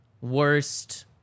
worst